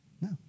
No